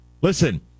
Listen